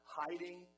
hiding